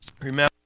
Remember